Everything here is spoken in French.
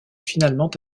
finalement